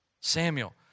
Samuel